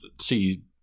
see